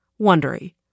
Wondery